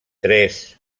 tres